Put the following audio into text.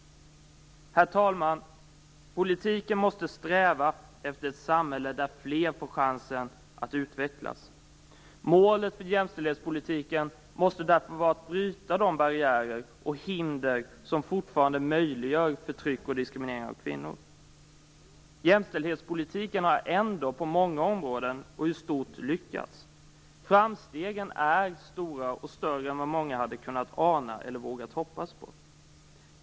Herr talman! Politiken måste sträva efter ett samhälle där fler får chansen att utvecklas. Målet för jämställdhetspolitiken måste därför vara att bryta de barriärer och hinder som fortfarande möjliggör förtryck och diskriminering av kvinnor. Jämställdhetspolitiken har ändå på många områden och i stort lyckats. Framstegen är stora och större än vad många hade kunnat ana eller vågat hoppas på.